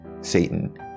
Satan